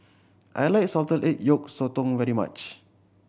I like salted egg yolk sotong very much